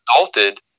resulted